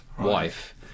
wife